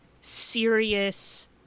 serious